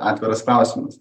atviras klausimas